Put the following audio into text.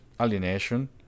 alienation